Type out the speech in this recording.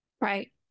Right